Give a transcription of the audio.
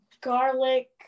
garlic